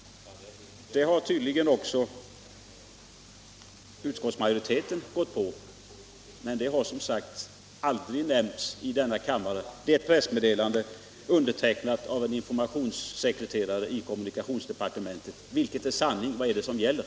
Det har tydligen också utskottsmajoriteten gått på, men det har som sagt aldrig nämnts i denna kammare. Det är fråga om ett pressmeddelande, undertecknat av en informationssekreterare i kommunikationsdepartementet. Vilket är sanning, vad är det som gäller?